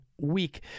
week